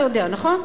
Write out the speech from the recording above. אתה יודע, נכון?